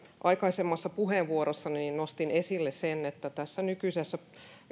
aikaisemmassa puheenvuorossani nostin esille sen että tässä nykyisessä